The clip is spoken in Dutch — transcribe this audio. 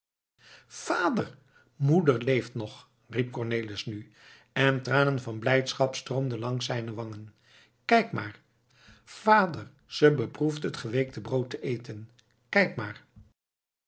vader moeder leeft nog riep cornelis nu en tranen van blijdschap stroomden langs zijne wangen kijk maar vader ze beproeft het geweekte brood te eten kijk maar